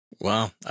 Wow